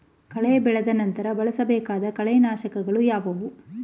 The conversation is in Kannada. ಕಳೆ ಬೆಳೆದ ನಂತರ ಬಳಸಬೇಕಾದ ಕಳೆನಾಶಕಗಳು ಯಾವುವು?